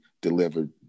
delivered